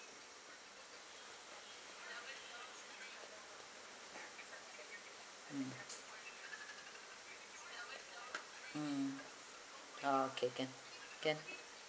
mm mm okay can can